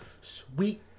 Sweet